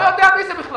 אני לא יודע מי זה בכלל.